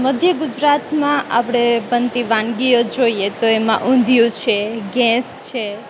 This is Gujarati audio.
મધ્ય ગુજરાતમાં આપણે બનતી વાનગીઓ જોઈએ તો એમાં ઉંધીયું છે ગેસ છે